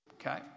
okay